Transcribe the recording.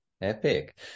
Epic